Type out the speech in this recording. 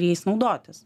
jais naudotis